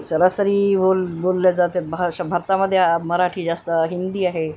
सरासरी बोल बोलली जाते भाषा भारतामध्ये मराठी जास्त हिंदी आहे